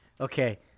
Okay